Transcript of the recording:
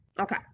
okay